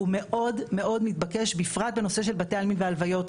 הוא מאוד מתבקש בפרט בנושא של בתי עלמין והלוויות.